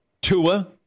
Tua